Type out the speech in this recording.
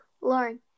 Lauren